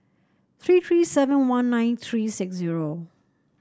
three three seven one nine three six zero